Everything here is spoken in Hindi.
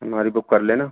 हमारी बुक कर लेना